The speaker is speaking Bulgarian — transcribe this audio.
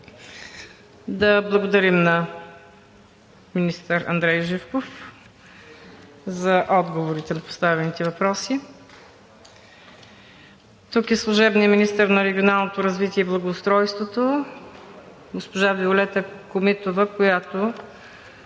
Да благодарим на министър Андрей Живков за отговорите на поставените въпроси. Тук е служебният министър на регионалното развитие и благоустройството госпожа Виолета Комитова, която